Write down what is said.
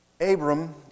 Abram